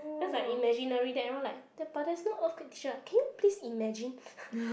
just like imaginary then everyone like but there's no earthquake ~cher can you please imagine